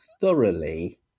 thoroughly